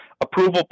approval